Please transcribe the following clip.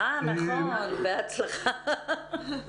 נכון, בהצלחה.